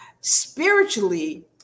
Spiritually